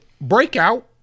breakout